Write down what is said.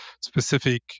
specific